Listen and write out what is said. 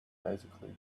basically